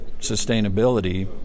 sustainability